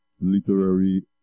literary